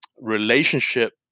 relationship